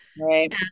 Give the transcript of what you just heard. right